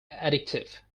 addictive